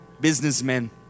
businessmen